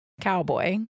cowboy